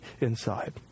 inside